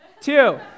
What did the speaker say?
Two